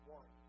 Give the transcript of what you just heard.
one